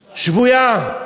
שבויה.